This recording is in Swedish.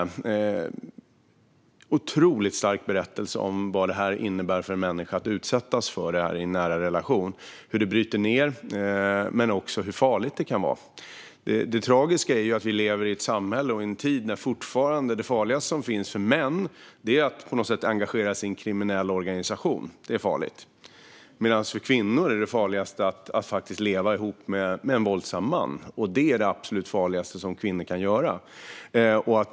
En otroligt stark berättelse om vad det innebär för en människa att utsättas för detta i en nära relation, hur det bryter ned men också hur farligt det kan vara. Det tragiska är att vi lever i ett samhälle och en tid där fortfarande det farligaste som finns för män är att på något sätt engagera sig i en kriminell organisation, medan det farligaste som finns för kvinnor är att leva ihop med en våldsam man. Det är det absolut farligaste som kvinnor kan göra.